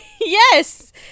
Yes